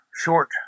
short